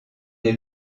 est